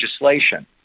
legislation